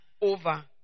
over